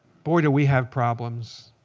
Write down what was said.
boy, do we have problems.